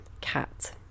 Cat